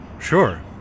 Sure